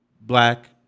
black